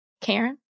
Karen